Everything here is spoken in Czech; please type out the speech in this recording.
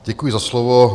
Děkuji za slovo.